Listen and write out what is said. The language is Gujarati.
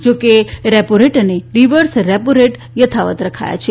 જો કે રેપો રેટ અને રિવર્સ રેપોરેટ યથાવત રાખ્યા છે